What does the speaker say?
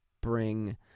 bring